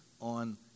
on